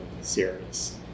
serious